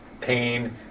pain